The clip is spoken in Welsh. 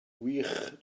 wych